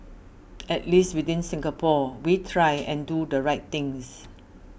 at least within Singapore we try and do the right things